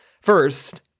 First